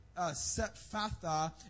Sephatha